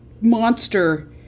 monster